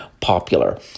popular